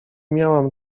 miałam